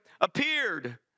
appeared